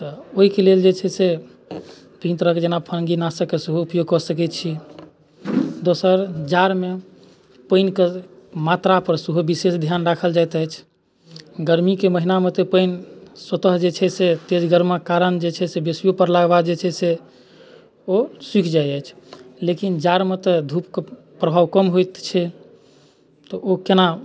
तऽ ओहिके लेल जे छै से विभिन्न तरहके फन्गीनाशकके सेहो उपयोग कऽ सकै छी दोसर जाड़मे पानिके मात्रापर सेहो विशेष धिआन राखल जाइत अछि गरमीके महिनामे तऽ पानि स्वतः जे छै से तेज गरमके कारण जे छै से बेसिओ परलाके बाद जे छै से ओ सुखि जाइत अछि लेकिन जाड़मे तऽ धूपके प्रभाव कम होइत छै तऽ ओ कोना